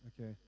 Okay